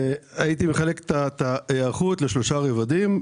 הייתי מחלק את ההיערכות לשלושה רבדים.